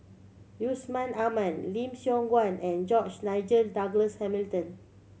Yusman Aman Lim Siong Guan and George Nigel Douglas Hamilton